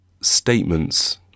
statements